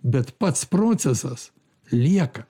bet pats procesas lieka